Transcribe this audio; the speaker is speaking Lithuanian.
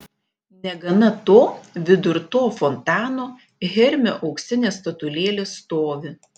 negana to vidur to fontano hermio auksinė statulėlė stovi